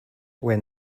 where